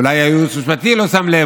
ואולי הייעוץ המשפטי לא שם לב,